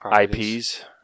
IPs